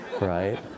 right